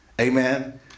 Amen